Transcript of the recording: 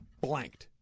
blanked